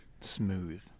Smooth